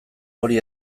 hori